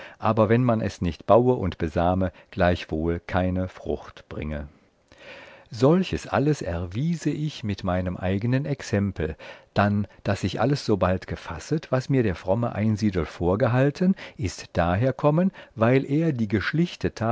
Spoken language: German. aber wann man es nicht baue und besame gleichwohl keine frucht bringe solches alles erwiese ich mit meinem eigenen exempel dann daß ich alles so bald gefasset was mir der fromme einsiedel vorgehalten ist daher kommen weil er die